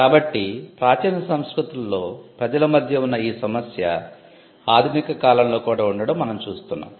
కాబట్టి ప్రాచీన సంస్కృతులలో ప్రజల మధ్య ఉన్న ఈ సమస్య ఆధునిక కాలంలో కూడా ఉండడం మనం చూస్తున్నాం